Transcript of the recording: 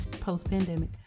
post-pandemic